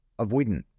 avoidant